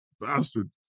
bastard